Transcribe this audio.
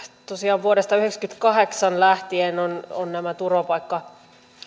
tosiaan vuodesta yhdeksänkymmentäkahdeksan lähtien on nämä turvapaikka